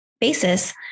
basis